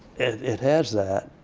it has that